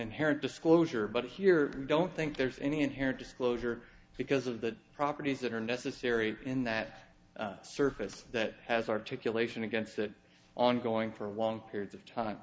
inherent disclosure but here i don't think there's any inherent disclosure because of the properties that are necessary in that surface that has articulation against that ongoing for long periods of time